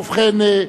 ובכן,